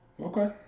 Okay